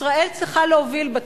ישראל צריכה להוביל בתחום.